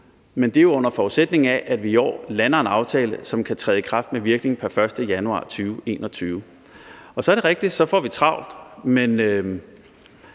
men det er jo under forudsætning af, at vi i år lander en aftale, som kan træde i kraft med virkning pr. 1. januar 2021. Så er det rigtigt, at så får vi travlt, men